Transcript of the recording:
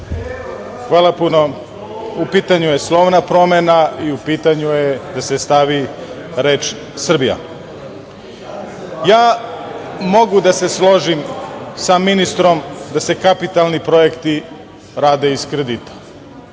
Hvala puno.U pitanju je slovna promena i u pitanju je da se stavi reč Srbija. Ja mogu da se složim sa ministrom da se kapitalni projekti rade iz kredita